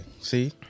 See